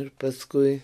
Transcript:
ir paskui